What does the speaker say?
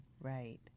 Right